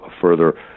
further